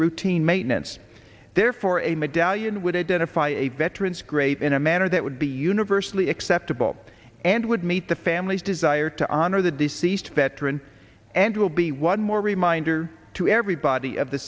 routine maintenance therefore a medallion would identify a veterans great in a manner that would be universally acceptable and would meet the family's desire to honor the deceased veteran and will be one more reminder to everybody of the